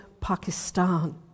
Pakistan